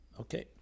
Okay